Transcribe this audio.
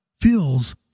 feels